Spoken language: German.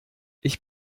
ich